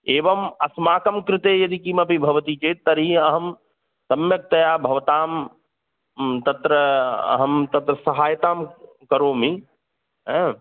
एवम् अस्माकं कृते यदि किमपि भवति चेत् तर्हि अहं सम्यक्तया भवतां तत्र अहं तत्र सहायतां करोमि हा